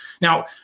Now